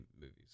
movies